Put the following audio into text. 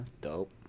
Dope